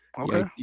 Okay